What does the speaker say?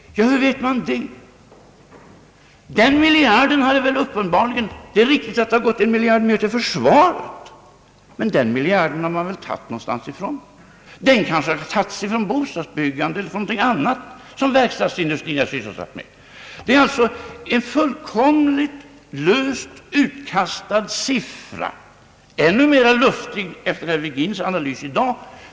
Hur vet man det? Det är riktigt att det har gått en miljard mer till försvaret, men den miljarden har man väl tagit någonstans. Den kanske har tagits från bostadsbyggandet eller någonting annat som sysselsätter verkstadsindustrin. Detta är alltså en fulkomligt löst utkastad siffra, ännu mera luftig efter herr Virgins analys i dag.